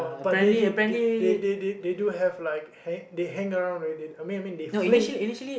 but they did they they they do have like they hang around with it I mean they fling